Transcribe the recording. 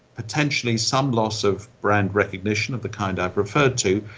potentially some loss of brand recognition of the kind i've referred to.